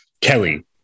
Kelly